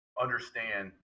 understand